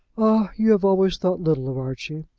ah, you have always thought little of archie.